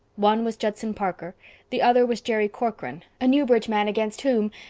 one was judson parker the other was jerry corcoran, a newbridge man against whom,